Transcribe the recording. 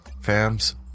fams